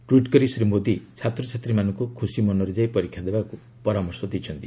tweet କରି ଶ୍ରୀ ମୋଦୀ ଛାତ୍ରଛାତ୍ରୀମାନଙ୍କୁ ଖୁସି ମନରେ ଯାଇ ପରୀକ୍ଷା ଦେବାକୁ ପରାମର୍ଶ ଦେଇଛନ୍ତି